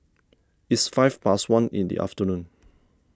its five past one in the afternoon